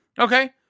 Okay